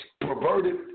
perverted